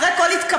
אחרי כל התקפלות,